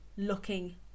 Looking